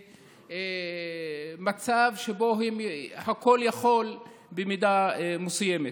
מצב שבו הם כל-יכולים במידה מסוימת.